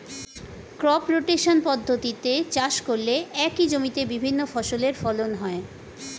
crop rotation পদ্ধতিতে চাষ করলে একই জমিতে বিভিন্ন ফসলের ফলন হয়